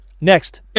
Next